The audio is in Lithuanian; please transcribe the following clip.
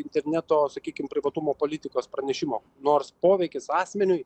interneto sakykim privatumo politikos pranešimo nors poveikis asmeniui